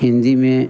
हिन्दी में